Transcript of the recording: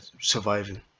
surviving